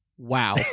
Wow